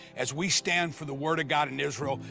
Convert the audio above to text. as we stand for the word of god in israel,